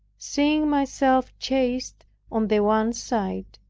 seeing myself chased on the one side,